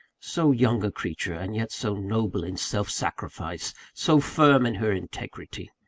so young a creature and yet so noble in self-sacrifice, so firm in her integrity!